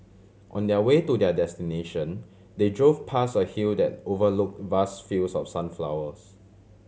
on their way to their destination they drove past a hill that overlook vast fields of sunflowers